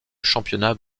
championnat